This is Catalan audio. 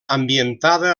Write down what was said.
ambientada